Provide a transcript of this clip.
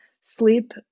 sleep